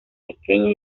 pequeño